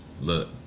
look